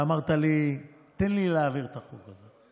אמרת לי: תן לי להעביר את החוק הזה,